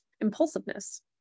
impulsiveness